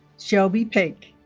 shelby pake